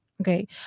Okay